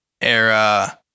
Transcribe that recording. era